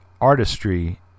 artistry